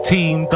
Team